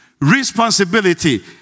Responsibility